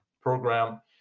program